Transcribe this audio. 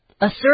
assert